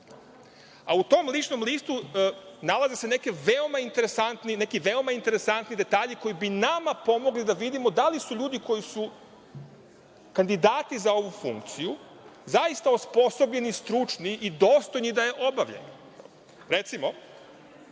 U tom ličnom listu nalaze se neki veoma interesantni detalji koji bi nama pomogli da vidimo da li su ljudi koji su kandidati za ovu funkciju zaista osposobljeni, stručni i dostojni da je obavljaju. Recimo,